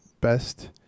best